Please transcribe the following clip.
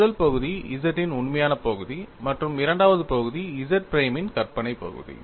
முதல் பகுதி Z இன் உண்மையான பகுதி மற்றும் இரண்டாவது பகுதி Z பிரைமின் y கற்பனை பகுதி